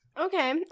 Okay